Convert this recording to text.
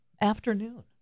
afternoon